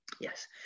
Yes